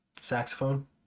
Saxophone